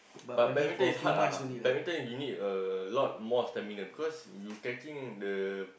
but badminton is hard ah badminton you need a lot more stamina because you catching the